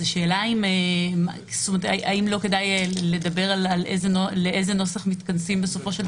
השאלה האם לא כדאי להגיד לאיזה נוסח מתכנסים בסופו של דבר.